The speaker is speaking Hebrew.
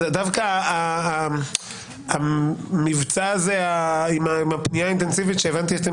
דווקא המבצע הזה עם הפנייה האינטנסיבית שהבנתי שאתם